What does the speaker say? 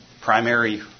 primary